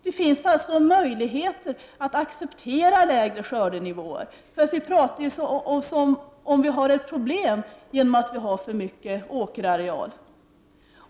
Det finns alltså möjligheter att acceptera lägre skördenivåer eftersom vi ser det som ett problem att vi har för mycket åkerareal.